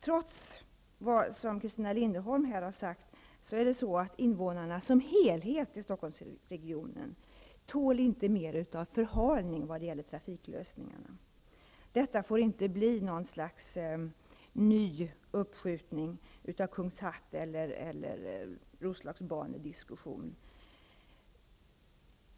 Trots det som Christina Linderholm sade tål inte Stockholmsregionens invånare som helhet mer förhalning av trafiklösningarna. Detta får inte bli något slags nytt uppskjutande som när det gällde Kungshatt och Roslagsbanan.